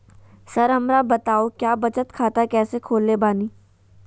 Sir हमरा बताओ क्या बचत खाता कैसे खोले बानी?